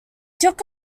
took